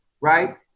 right